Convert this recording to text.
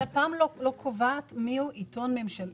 אבל לפ"מ לא קובעת מיהו עיתון ארצי.